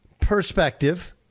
perspective